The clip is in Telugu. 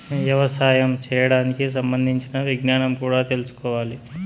యవసాయం చేయడానికి సంబంధించిన విజ్ఞానం కూడా తెల్సుకోవాలి